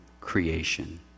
creation